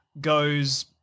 goes